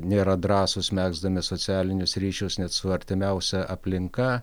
nėra drąsūs megzdami socialinius ryšius net su artimiausia aplinka